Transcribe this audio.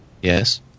Yes